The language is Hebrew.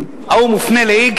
הוא מופנה ל-x,